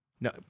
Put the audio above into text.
No